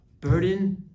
burden